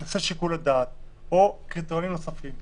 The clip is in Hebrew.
נושא של שיקול הדעת או קריטריונים נוספים.